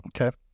Okay